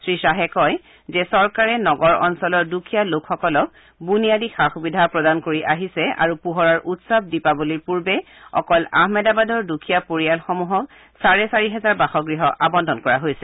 শ্ৰীখাহে কয় যে চৰকাৰে নগৰ অঞ্চলৰ দুখীয়া লোকসকলক বুনিয়াদী সা সুবিধা প্ৰদান কৰি আহিছে আৰু পোহৰৰ উৎসৱ দীপাৱলীৰ পূৰ্বে অকল আহমেদাবাদৰ দুখীয়া পৰিয়ালসমূহক চাৰে চাৰি হাজাৰ বাসগৃহ আবণ্টন কৰা হৈছে